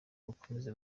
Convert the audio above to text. bukomeze